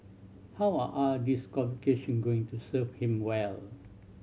how are all these qualification going to serve him well